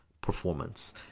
performance